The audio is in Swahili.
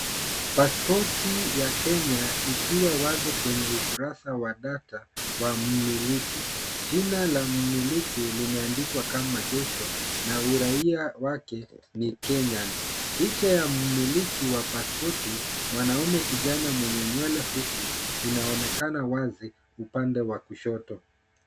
Pasipoti ya Kenya ikiwa wazi kwenye ukurasa wa data wa mmiliki. Jina la mmiliki limeandikwa kama Joshua na uraia wake ni Kenyan. Picha ya mmiliki wa pasipoti, mwanaume kijana mwenye nywele fupi inaonekana wazi upande wa kushoto.